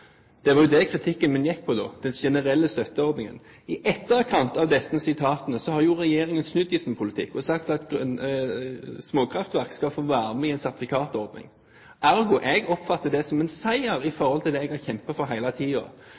Det var jo den generelle støtteordningen kritikken min da gikk på. I etterkant av disse sitatene har jo regjeringen snudd i sin politikk og sagt at småkraftverk skal få være med i en sertifikatordning. Ergo: Jeg oppfatter det som en seier for det jeg har kjempet for